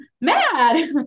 mad